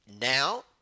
Now